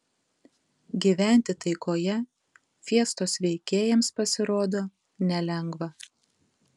gyventi taikoje fiestos veikėjams pasirodo nelengva